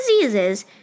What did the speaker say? diseases